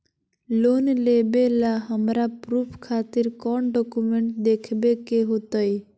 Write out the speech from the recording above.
Loan लेबे ला हमरा प्रूफ खातिर कौन डॉक्यूमेंट देखबे के होतई?